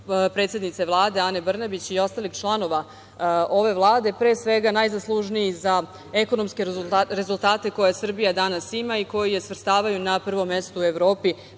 predsednice Vlade Ane Brnabić i ostalih članova ove Vlade, pre svega najzaslužniji za ekonomske rezultate koje Srbija danas ima i koji je svrstavaju na prvo mesto u Evropi